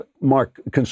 mark